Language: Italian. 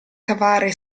cavare